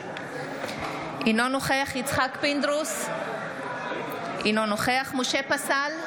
אינו נוכח יצחק פינדרוס, אינו נוכח משה פסל,